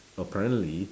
apparently